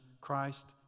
Christ